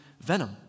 venom